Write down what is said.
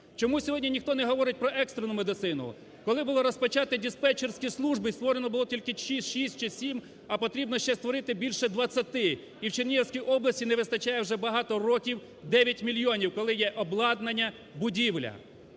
Чому сьогодні ніхто не говорить про екстрену медицину. Коли були розпочаті диспетчерські служби і створено було тільки 6 чи 7, а потрібно ще створити більше 20. І в Чернігівській області не вистачає вже багато років 9 мільйонів, коли є обладнання, будівля.